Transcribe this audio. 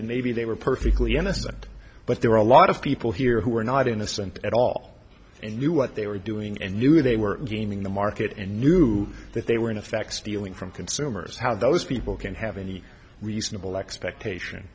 and maybe they were perfectly innocent but there were a lot of people here who were not innocent at all and knew what they were doing and knew they were gaming the market and knew that they were in effect stealing from consumers how those people can have any reasonable expectation